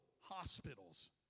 hospitals